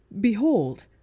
Behold